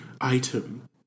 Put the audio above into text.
item